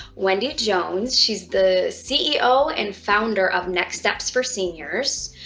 wendy jones. she's the ceo and founder of next steps four seniors.